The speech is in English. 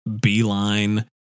beeline